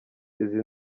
izi